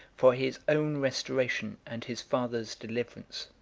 for his own restoration and his father's deliverance.